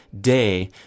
day